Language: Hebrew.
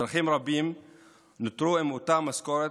אזרחים רבים נותרו עם אותה משכורת,